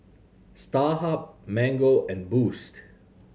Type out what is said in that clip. Starhub Mango and Boost